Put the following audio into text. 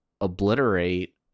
obliterate